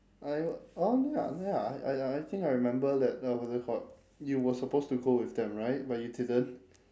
I oh ya oh ya I I I think I remember that uh what is it called you were supposed to go with them right but you didn't